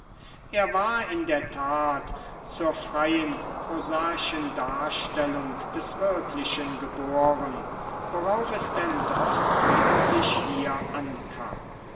er war in der tat zur freien prosaischen darstellung des wirklichen geboren worauf es denn doch eigentlich hier ankam